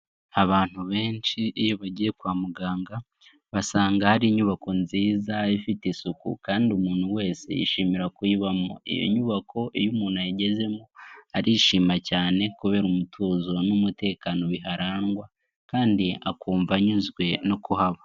Abantu benshi iyo bagiye kwa muganga, basanga hari inyubako nziza ifite isuku kandi umuntu wese yishimira kuyibamo, iyo nyubako iyo umuntu ayigezemo, arishima cyane kubera umutuzo n'umutekano biharangwa kandi akumva anyuzwe no kuhaba.